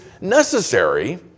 necessary